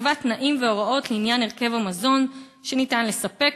יקבע תנאים והוראות לעניין הרכב המזון שניתן לספק